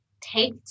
take